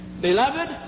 Beloved